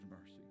mercy